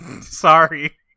Sorry